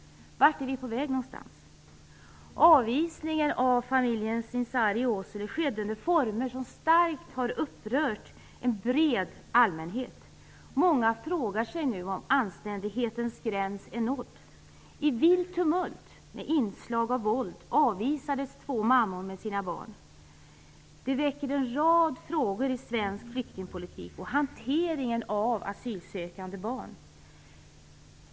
Vart är vi på väg någonstans? Avvisningen av familjerna Sincari i Åsele skedde under former som starkt har upprört en bred allmänhet. Många frågar sig nu om anständighetens gräns är nådd. I vilt tumult med inslag av våld avvisades två mammor med sina barn. Det väcker en rad frågor om svensk flyktingpolitik och hanteringen av asylsökande barn.